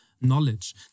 knowledge